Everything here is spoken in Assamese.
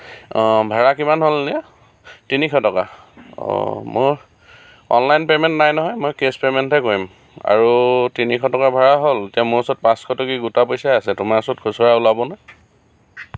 ভাড়া কিমান হ'ল এতিয়া তিনিশ টকা মই অনলাইন পে'মেণ্ট নাই নহয় মই কেচ পে'মেণ্টহে কৰিম আৰু তিনিশ টকা ভাড়া হ'ল এতিয়া মোৰ ওচৰত পাঁচশ টকীয়া গোটা পইচা আছে তোমাৰ ওচৰত খুচুৰা ওলাবনে